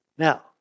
Now